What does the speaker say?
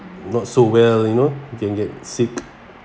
not so well you know you can get sick